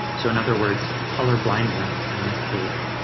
so in other words, colorblindness, in this case,